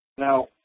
Now